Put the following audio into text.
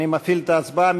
אני מפעיל את ההצבעה.